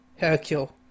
Hercule